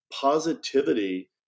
positivity